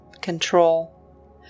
control